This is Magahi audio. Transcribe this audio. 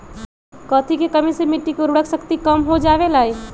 कथी के कमी से मिट्टी के उर्वरक शक्ति कम हो जावेलाई?